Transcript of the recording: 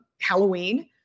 Halloween